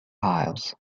isles